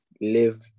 live